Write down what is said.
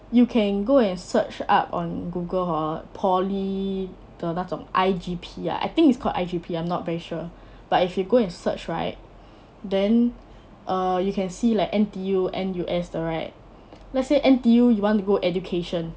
you can go and search up on Google hor poly 的那种 I_G_P ah I think it's called I_G_P I'm not very sure but if you go and search right then err you can see like N_T_U N_U_S 的 right let's say N_T_U you want to go education